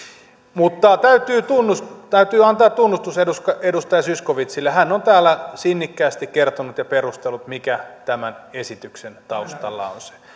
mutta täytyy antaa tunnustus edustaja zyskowiczille hän on täällä sinnikkäästi kertonut ja perustellut mikä tämän esityksen taustalla on